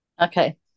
Okay